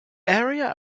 area